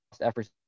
efforts